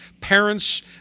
parents